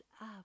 up